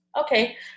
okay